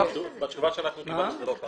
התשובה שאנחנו קיבלנו, זה לא כך.